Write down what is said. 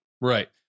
Right